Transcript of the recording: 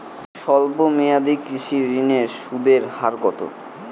স্বল্প মেয়াদী কৃষি ঋণের সুদের হার কত?